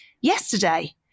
yesterday